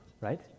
right